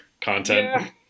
content